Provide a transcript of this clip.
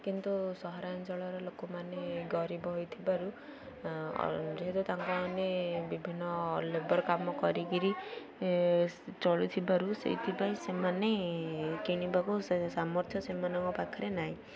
କିନ୍ତୁ ସହରାଞ୍ଚଳର ଲୋକମାନେ ଗରିବ ହୋଇଥିବାରୁ ଯେହେତୁ ତାଙ୍କମାନେ ବିଭିନ୍ନ ଲେବର୍ କାମ କରିକିରି ଚଳୁଥିବାରୁ ସେଇଥିପାଇଁ ସେମାନେ କିଣିବାକୁ ସାମର୍ଥ୍ୟ ସେମାନଙ୍କ ପାଖରେ ନାହିଁ